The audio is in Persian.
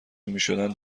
میشدند